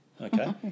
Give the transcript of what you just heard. Okay